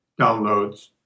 downloads